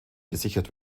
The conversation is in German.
gesichert